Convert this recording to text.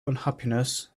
unhappiness